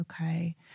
okay